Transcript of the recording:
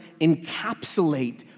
encapsulate